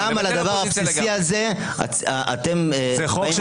גם על הדבר הבסיסי הזה אתם --- זה חוק של סטלין.